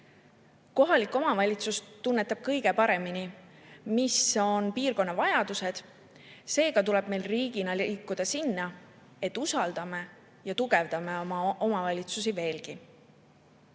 Kohalik omavalitsus tunnetab kõige paremini, mis on piirkonna vajadused. Seega tuleb meil riigina liikuda selle poole, et usaldame ja tugevdame oma omavalitsusi